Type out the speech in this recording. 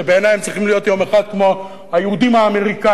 שבעיני הם צריכים להיות יום אחד כמו היהודים האמריקנים.